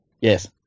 Yes